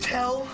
Tell